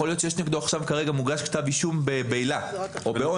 יכול להיות שכרגע מוגש נגדו כתב אישום בבעילה או באונס,